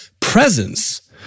presence